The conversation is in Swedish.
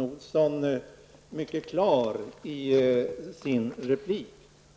Olsson mycket klar i sin replik